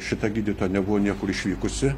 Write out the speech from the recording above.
šita gydytoja nebuvo niekur išvykusi